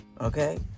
okay